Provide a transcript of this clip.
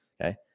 okay